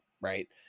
right